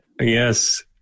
Yes